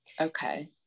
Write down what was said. Okay